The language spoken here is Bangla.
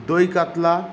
দই কাতলা